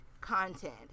content